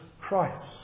Christ